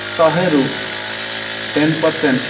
ଶହେରୁ ten percent